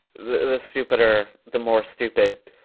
the the stupider, the more stupid,